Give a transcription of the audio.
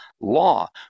law